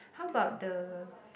how about the